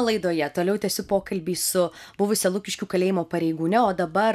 laidoje toliau tęsiu pokalbį su buvusia lukiškių kalėjimo pareigūne o dabar